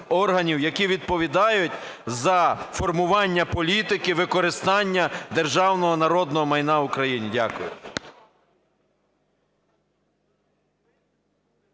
які відповідають за формування політики використання державного народного майна України. Дякую.